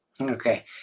Okay